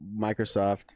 Microsoft